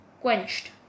quenched